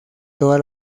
toda